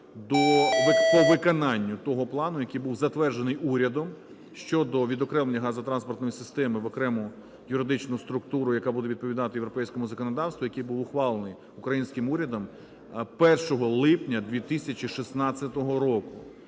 по виконанню того плану, який був затверджений урядом щодо відокремлення газотранспортної системи в окрему юридичну структуру, яка буде відповідати європейському законодавству, який був ухвалений українським урядом 1 липня 2016 року.